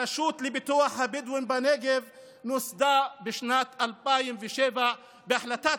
הרשות לפיתוח הבדואים בנגב נוסדה בשנת 2007 בהחלטת